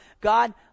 God